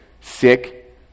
sick